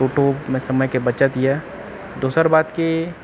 टोटोमे समयके बचत इएह दोसर बात कि